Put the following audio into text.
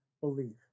believe